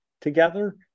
together